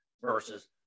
versus